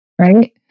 Right